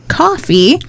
coffee